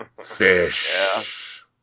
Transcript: Fish